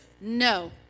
No